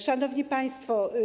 Szanowni Państwo!